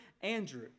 Andrew